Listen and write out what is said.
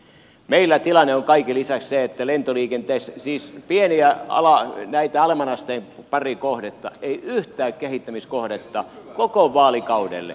meillä tilanne on kaiken lisäksi se että lentoliikenteessä paria pientä alemman asteen kohdetta lukuun ottamatta ei ole yhtään kehittämiskohdetta koko vaalikaudelle